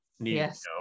yes